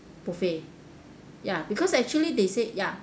buffet ya because actually they said ya